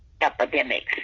epidemics